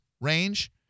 range